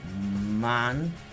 Man